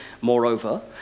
moreover